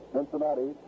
Cincinnati